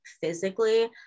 physically